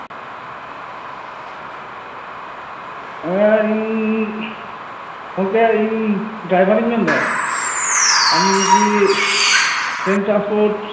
ᱦᱮᱸ ᱤᱧ ᱜᱚᱝᱠᱮ ᱤᱧ ᱰᱟᱭᱵᱷᱟᱨᱤᱧ ᱢᱮᱱᱫᱟ ᱟᱢᱠᱚ ᱳᱯᱮᱱ ᱴᱨᱟᱱᱥᱯᱳᱨᱴ